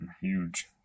Huge